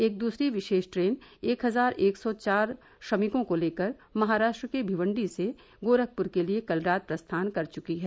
एक दूसरी विशेष ट्रेन एक हजार एक सौ चार श्रमिकों को लेकर महाराष्ट्र के भिवंडी से गोरखपुर के लिए कल रात प्रस्थान कर चुकी है